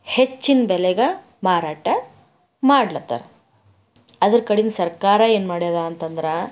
ಹೆಚ್ಚಿನ ಬೆಲೆಗೆ ಮಾರಾಟ ಮಾಡ್ಲತ್ತಾರ ಅದರ ಕಡಿಂದ್ ಸರ್ಕಾರ ಏನು ಮಾಡ್ಯಾರ ಅಂತಂದ್ರೆ